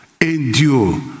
endure